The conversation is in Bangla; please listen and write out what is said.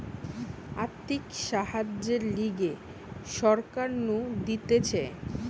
আর্থিক সাহায্যের লিগে সরকার নু দিতেছে